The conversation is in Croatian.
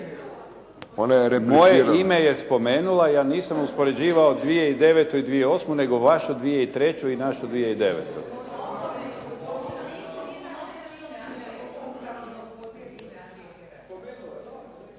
Moje ime je spomenula, ja nisam uspoređivao 2009. i 2008., nego vašu 2003. i našu 2009. … /Svi